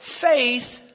Faith